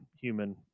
human